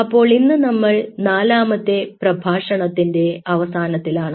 അപ്പോൾ ഇന്ന് നമ്മൾ നാലാമത്തെ പ്രഭാഷണത്തിന്റെ അവസാനത്തിലാണ്